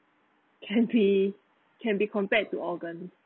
can be can be compare to organ